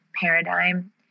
paradigm